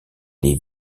les